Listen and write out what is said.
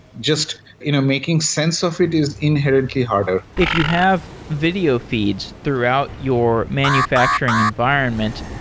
just you know making sense of it is inherently harder if you have video feeds throughout your manufacturing environment,